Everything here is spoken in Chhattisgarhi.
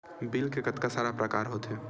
बिल के कतका सारा प्रकार होथे?